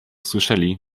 słyszeli